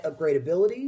upgradability